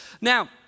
Now